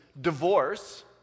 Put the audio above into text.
divorce